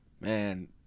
Man